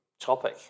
topic